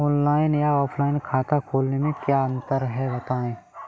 Online या offline खाता खोलने में क्या अंतर है बताएँ?